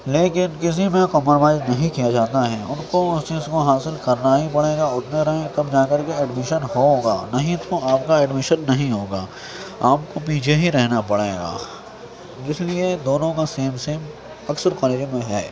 لیکن کسی میں کمپرومائز نہیں کیا جاتا ہے ان کو اس چیز کو حاصل کرنا ہی پڑے گا اتنے رینک تب جا کر کے ایڈمیشن ہوگا نہیں تو آپ کا ایڈمیشن نہیں ہوگا آپ کو پیچھے ہی رہنا پڑے گا اس لیے دونوں کا سیم سیم اکثر کالجوں میں ہے